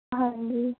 ਹਾਂਜੀ